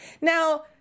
Now